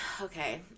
okay